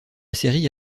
série